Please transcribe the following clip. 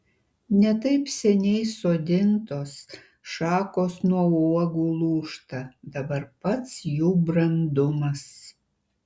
ne taip seniai sodintos šakos nuo uogų lūžta dabar pats jų brandumas